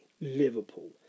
Liverpool